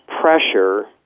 pressure